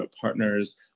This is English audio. partners